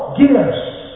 gifts